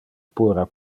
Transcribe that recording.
puera